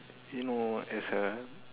you know as a